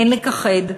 אין לכחד,